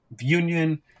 union